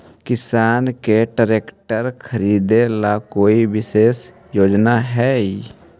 किसान के ट्रैक्टर खरीदे ला कोई विशेष योजना हई?